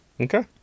Okay